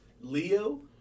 Leo